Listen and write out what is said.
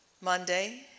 Monday